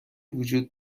وجود